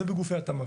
זה בגופי התמ"ק.